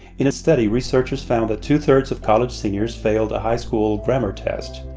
in a study, researchers found that two-thirds of college seniors failed a high-school grammar test.